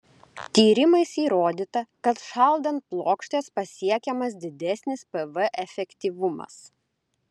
tyrimais įrodyta kad šaldant plokštes pasiekiamas didesnis pv efektyvumas